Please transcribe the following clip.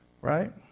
Right